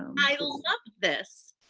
i love this.